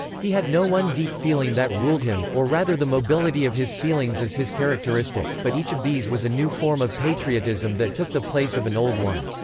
he had no one deep feeling that ruled him, or rather the mobility of his feelings is his characteristic but each of these was a new form of patriotism that took the place of an old one.